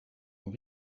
vont